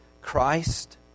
Christ